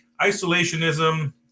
isolationism